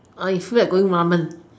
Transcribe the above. I feel like going ramen